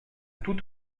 tout